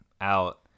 out